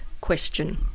question